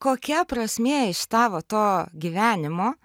kokia prasmė iš tavo to gyvenimo